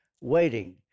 waiting